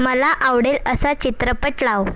मला आवडेल असा चित्रपट लाव